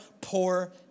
poor